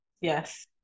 Yes